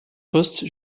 poste